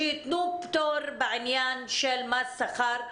שייתנו פטור בעניין של מס שכר,